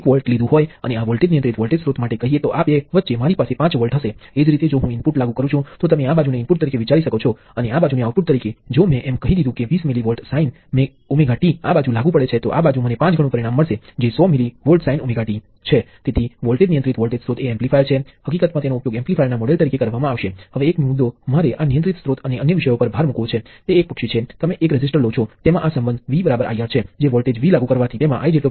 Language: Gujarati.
ફરીથી આ વોલ્ટેજ નિયંત્રિત પ્રવાહ સ્ત્રોત રજીસ્ટર જેવા ભૌતિક એલિમેન્ટો ને અનુરૂપ નથી પરંતુ તે કોઈ વસ્તુ માટેનું કંઈક મોડેલ છે અથવા તે તારણ આપે છે કે વોલ્ટેજ નિયંત્રિત પ્રવાહ સ્ત્રોત ટ્રાંઝિસ્ટર જેવા ઘણા સક્રિય ઉપકરણો માટે સારું મોડેલ છે